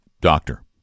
Doctor